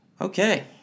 Okay